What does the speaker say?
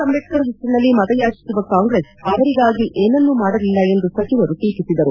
ಅಂಬೇಡ್ಕರ್ ಪೆಸರಿನಲ್ಲಿ ಮತ ಯಾಚಿಸುವ ಕಾಂಗ್ರೆಸ್ ಅವರಿಗಾಗಿ ಏನನ್ನೂ ಮಾಡಲಿಲ್ಲ ಎಂದು ಸಚಿವರು ಟೀಕಿಸಿದರು